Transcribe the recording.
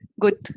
good